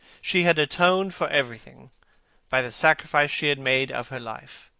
she had atoned for everything by the sacrifice she had made of her life.